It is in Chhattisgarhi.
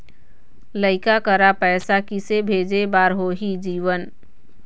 लइका करा पैसा किसे भेजे बार होही जीवन